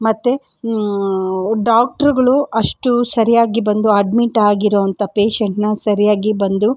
ಮತ್ತು ಡಾಕ್ಟ್ರ್ಗಳು ಅಷ್ಟು ಸರಿಯಾಗಿ ಬಂದು ಅಡ್ಮಿಟ್ ಆಗಿರೋವಂಥ ಪೇಶೆಂಟ್ನ ಸರಿಯಾಗಿ ಬಂದು